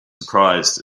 surprised